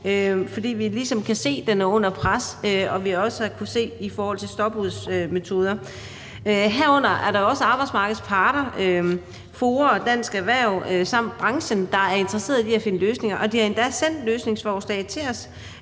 fordi vi ligesom kan se, at den er under pres, og vi har også kunnet se det i forhold til stopursmetoder. Herunder er der også arbejdsmarkedets parter, FOA og Dansk Erhverv samt branchen, der er interesseret i at finde løsninger, og de har endda sendt løsningsforslag til os